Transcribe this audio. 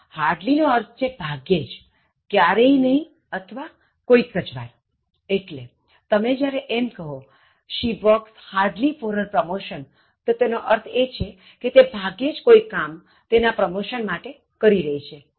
Hardly નો અર્થ છેભાગ્યે જક્યારેય નહી અથવા કોઇક જ વાર એટલેતમે જ્યારે એમ કહો she works hardly for her promotion તો તેનો અર્થ છે કે તે ભાગ્યે જ કોઇ કામ તેના પ્રમોશન માટે કરી રહી છે